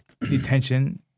detention